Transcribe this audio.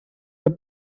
der